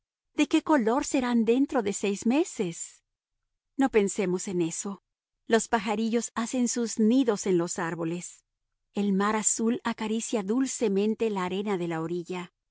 de qué color serán dentro de seis meses no pensemos en eso los pajarillos hacen sus nidos en los árboles el mar azul acaricia dulcemente la arena de la orilla